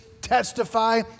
testify